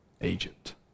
Egypt